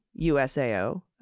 USAO